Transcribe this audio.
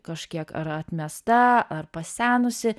kažkiek ar atmesta ar pasenusi